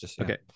Okay